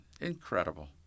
Incredible